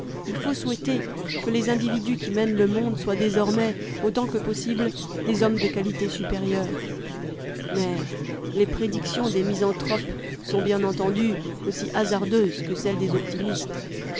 il faut souhaiter que les individus qui mènent le monde soient désormais autant que possible des hommes de qualité supérieure mais les prédictions des misanthropes sont bien entendu aussi hasardeuses que celles des optimistes